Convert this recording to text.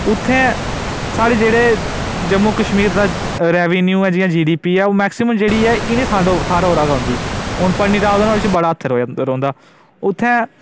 उत्थै साढ़े जेह्ड़े जम्मू कश्मीर दा रैबिन्यू जि'यां जेह्ड़ी जी डी पी ओह् मैक्सीमम ऐ इनें थाह्रें परा गै औंदी हुन पत्नीटाप दा गै औंदी